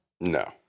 No